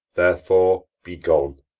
therefore be gone.